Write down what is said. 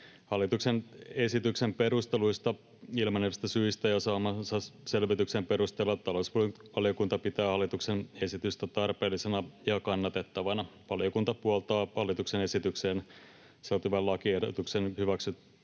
Hallituksen esityksen perusteluista ilmenevistä syistä ja saamansa selvityksen perusteella talousvaliokunta pitää hallituksen esitystä tarpeellisena ja kannatettavana. Valiokunta puoltaa hallituksen esitykseen sisältyvän lakiehdotuksen hyväksymistä